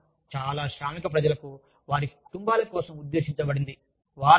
వారాంతం చాలా శ్రామిక ప్రజలకు వారి కుటుంబాల కోసం ఉద్దేశించబడింది